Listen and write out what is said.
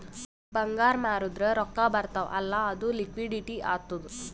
ಬಂಗಾರ್ ಮಾರ್ದುರ್ ರೊಕ್ಕಾ ಬರ್ತಾವ್ ಅಲ್ಲ ಅದು ಲಿಕ್ವಿಡಿಟಿ ಆತ್ತುದ್